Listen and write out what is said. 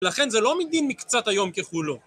לכן זה לא מדין מקצת היום ככולו.